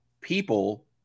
people